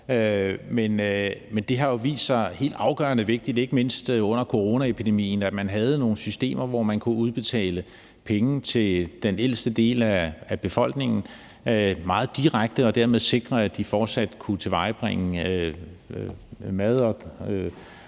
Men det har jo vist sig helt afgørende vigtigt, ikke mindst under coronaepidemien, at man havde nogle systemer, hvor man kunne udbetale penge til den ældste del af befolkningen meget direkte og dermed sikre, at de fortsat kunne tilvejebringe mad og